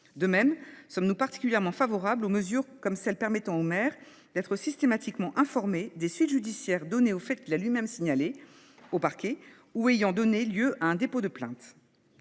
De même, nous sommes particulièrement favorables aux dispositions permettant au maire d’être systématiquement informé des suites judiciaires données aux faits qu’il a lui même signalés au parquet ou qui ont donné lieu à un dépôt de plainte.